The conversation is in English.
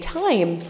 time